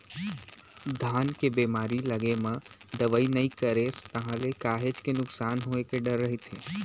धान के बेमारी लगे म दवई नइ करेस ताहले काहेच के नुकसान होय के डर रहिथे